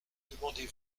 demandez